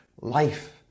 life